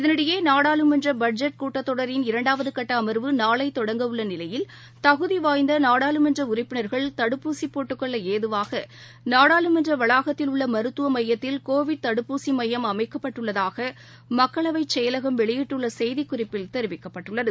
இதனிடையே நாடாளுமன்றபட்ஜெட் கூட்டத்தொடரின் இரண்டாவதுகட்டஅமர்வு நாளைதொடங்க உள்ளநிலையில் தகுதிவாய்ந்தநாடாளுமன்றஉறுப்பினர்கள் தடுப்பூசிபோட்டுக் கொள்ளதுவாக நாடாளுமன்றவளாகத்தில் உள்ளமருத்துவமையத்தில் கோவிட் தடுப்பூசிமையம் அமைக்கப்பட்டுள்ளதாகமக்களவைச் செயலகம் வெளியிட்டுள்ளசெய்திக்குறிப்பில் தெரிவிக்கப்பட்டுள்ளது